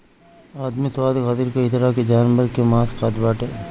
आदमी स्वाद खातिर कई तरह के जानवर कअ मांस खात बाटे